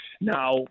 Now